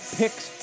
picks